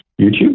YouTube